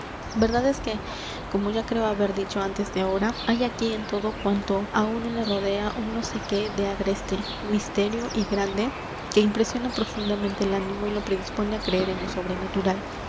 verdad es que como ya creo haber dicho antes de ahora hay aquí en todo cuanto á uno le rodea un no sé qué de agreste misterioso y grande que impresiona profundamente el ánimo y lo predispone á creer en lo sobrenatural